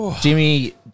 Jimmy